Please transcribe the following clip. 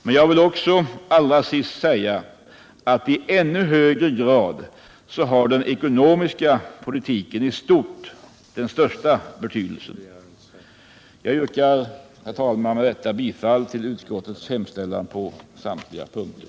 Men jag vill allra sist säga att i ännu högre grad har den ekonomiska politiken i stort den största betydelsen. Herr talman! Jag yrkar med detta bifall till utskottets hemställan på samtliga punkter.